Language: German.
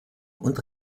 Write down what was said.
und